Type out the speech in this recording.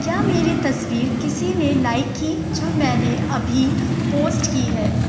کیا میری تصویر کسی نے لائک کی جو میں نے ابھی پوسٹ کی ہے